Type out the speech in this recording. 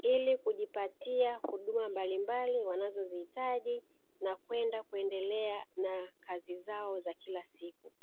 ili kujipatia huduma mbalimbali wanazo zihitaji na kwenda kuendelea na kazi zao za kila siku.